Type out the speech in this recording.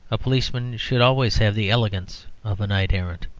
a policeman should always have the elegance of a knight-errant.